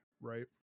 right